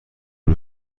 این